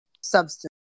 substance